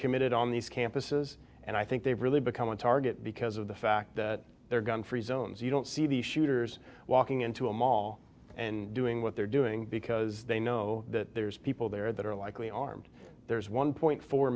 committed on these campuses and i think they've really become a target because of the fact that they're gun free zones you don't see the shooters walking into a mall and doing what they're doing because they know that there's people there that are likely armed there's one point four